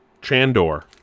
Chandor